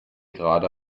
gerade